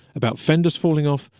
about fenders falling off,